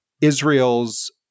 Israel's